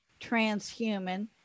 transhuman